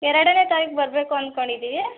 ಎರಡನೇ ತಾರೀಖು ಬರಬೇಕು ಅನ್ಕೊಂಡಿದ್ದೀವಿ